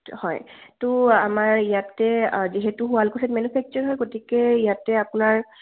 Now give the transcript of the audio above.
হয় ত' আমাৰ ইয়াতে যিহেতু শুৱালকুছিত মেনফেকচাৰ হয় গতিকে ইয়াতে আপোনাৰ